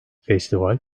festival